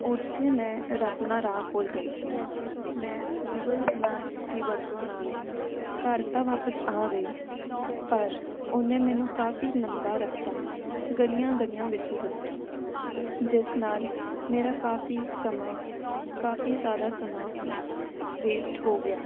ਉੱਥੇ ਮੈਂ ਆਪਣਾ ਰਾਹ ਭੁੱਲ ਗਈ ਸੀ ਮੈਂ ਗੂਗਲ ਮੈਪਸ ਦੀ ਵਰਤੋਂ ਨਾਲ ਘਰ ਤਾਂ ਵਾਪਸ ਆ ਗਈ ਪਰ ਉਹਨੇ ਮੈਨੂੰ ਕਾਫ਼ੀ ਲੰਬਾ ਰਸਤਾ ਗਲੀਆਂ ਗਲੀਆਂ ਵਿੱਚੋਂ ਦੱਸਿਆ ਜਿਸ ਨਾਲ ਮੇਰਾ ਕਾਫ਼ੀ ਸਮਾਂ ਕਾਫ਼ੀ ਜ਼ਿਆਦਾ ਸਮਾਂ ਵੇਸਟ ਹੋ ਗਿਆ